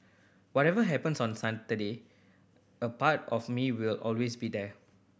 whatever happens on Saturday a part of me will always be there